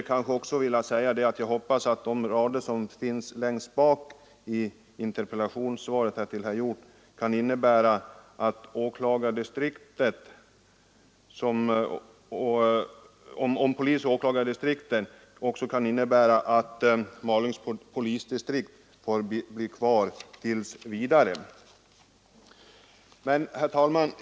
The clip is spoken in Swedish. Det skulle glädja mig om den tolkningen av vad som sägs i svaret är riktig. Jag hoppas också att de rader som finns i slutet av svaret till herr Hjorth kan innebära att Malungs polisdistrikt får finnas kvar tills vidare. Herr talman!